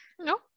No